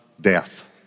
Death